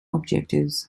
objectives